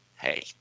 hey